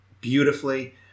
beautifully